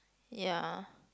ya